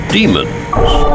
Demons